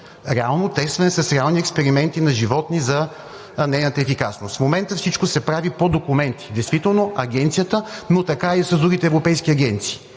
реално тестване с реални експерименти на животни за нейната ефикасност. В момента всичко се прави по документи в Агенцията, но така е и с другите европейски агенции.